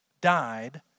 died